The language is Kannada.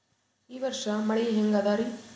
ಈ ವರ್ಷ ಮಳಿ ಹೆಂಗ ಅದಾರಿ?